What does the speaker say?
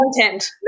content